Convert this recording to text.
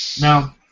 No